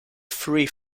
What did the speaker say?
free